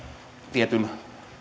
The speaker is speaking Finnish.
tietyn